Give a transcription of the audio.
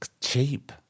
cheap